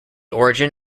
origin